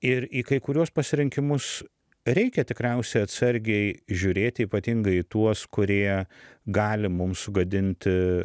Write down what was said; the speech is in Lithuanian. ir į kai kuriuos pasirinkimus reikia tikriausia atsargiai žiūrėti ypatingai į tuos kurie gali mums sugadinti